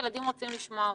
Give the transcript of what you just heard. הילדים רוצים לשמוע אותך.